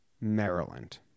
Maryland